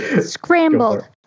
Scrambled